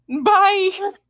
Bye